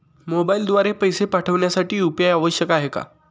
मोबाईलद्वारे पैसे पाठवण्यासाठी यू.पी.आय आवश्यक आहे का?